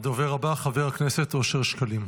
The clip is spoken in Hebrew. הדובר הבא, חבר הכנסת אושר שקלים.